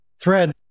thread